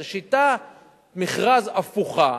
זו שיטת מכרז הפוכה,